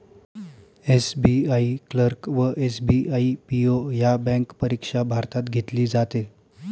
SBI clerk व SBI PO ह्या bank परीक्षा भारतात घेतली जाते